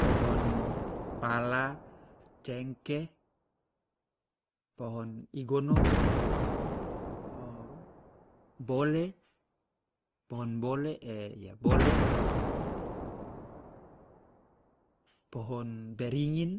Pohon pala, cengkeh, pohon igono, bole, pohon bole ya bole, pohon beringin,